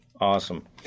Awesome